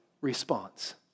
response